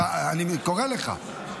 אני קורא לך.